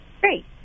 Great